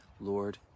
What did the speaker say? Lord